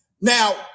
Now